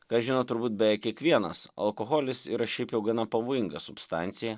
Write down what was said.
ką žino turbūt beveik kiekvienas alkoholis yra šiaip jau gana pavojinga substancija